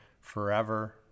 forever